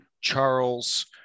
Charles